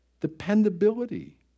Dependability